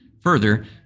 Further